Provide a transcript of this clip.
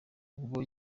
ubwo